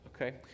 okay